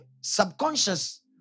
subconscious